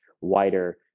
wider